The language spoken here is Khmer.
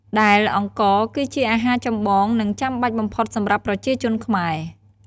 ដែលអង្ករ គឺជាអាហារចម្បង និងចាំបាច់បំផុតសម្រាប់ប្រជាជនខ្មែរ។